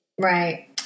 Right